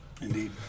Indeed